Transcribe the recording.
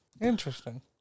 Interesting